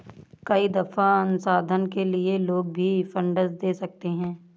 कई दफा अनुसंधान के लिए लोग भी फंडस दे सकते हैं